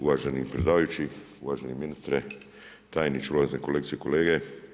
Uvaženi predsjedavajući, uvaženi ministre, tajniče, uvažene kolegice i kolege.